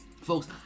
Folks